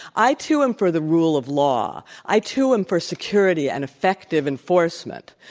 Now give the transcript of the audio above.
i too am for the rule of law. i too am for security and effective enforcement.